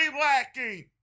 lacking